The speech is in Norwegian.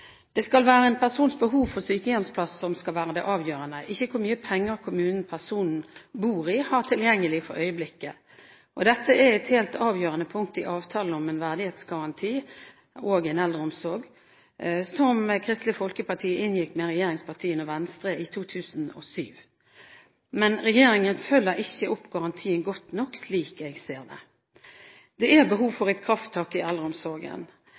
Det skal være en persons behov for sykehjemsplass som skal være det avgjørende, ikke hvor mye penger den kommunen personen bor i, har tilgjengelig for øyeblikket. Dette er et helt avgjørende punkt i avtalen om en verdighetsgaranti og en eldreomsorg som Kristelig Folkeparti inngikk med regjeringspartiene og Venstre i 2007. Regjeringen følger ikke opp garantien godt nok, slik jeg ser det. Det er behov for et krafttak i eldreomsorgen.